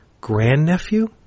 grandnephew